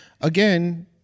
Again